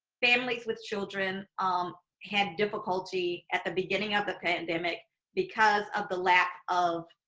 families with children um had difficulty at the beginning of the pandemic because of the lack of